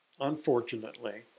unfortunately